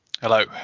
Hello